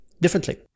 differently